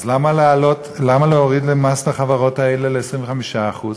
אז למה להוריד את המס לחברות האלה ל-25%?